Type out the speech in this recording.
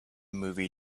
movie